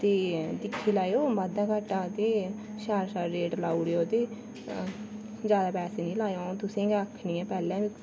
ते दिक्खी लेऔ बाद्धा घाट्टा ते शैल शैल रेट लाई ओड़ेओ ते ज्यादा पैसे नी लाएओ पैहले बी